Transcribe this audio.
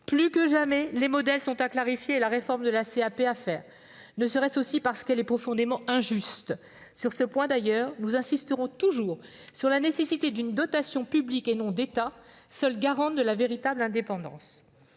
Plus que jamais, les modèles sont à clarifier et la réforme de la CAP à mener, ne serait-ce aussi que parce qu'elle est profondément injuste. Sur ce point, nous insisterons toujours sur la nécessité d'une dotation publique et non d'État, seule garante de la véritable indépendance.